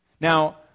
Now